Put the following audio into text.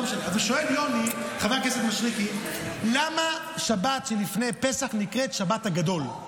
אז שואל חבר הכנסת מישרקי למה שבת שלפני פסח נקראת שבת הגדול,